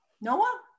Noah